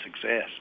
success